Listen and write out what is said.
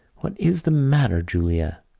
what is the matter, julia?